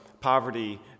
poverty